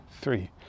three